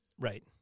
Right